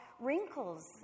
Wrinkles